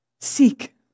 Seek